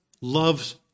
loves